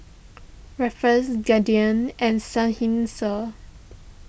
Ruffles Guardian and Seinheiser